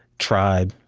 tribe,